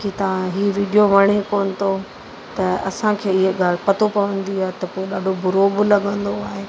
कि तव्हां ही विडियो वणे कोन थो त असांखे हीअं ॻाल्हि पतो पवंदी आहे त पोइ ॾाढो बुरो बि लॻंदो आहे